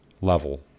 level